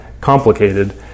complicated